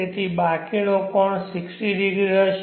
તેથી બાકીનો કોણ 60 ડિગ્રી હશે